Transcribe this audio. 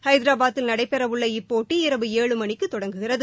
ஐதராபாத்தில் நடைபெறவுள்ள இப்போட்டி இரவு ஏழு மணிக்கு தொடங்குகிறது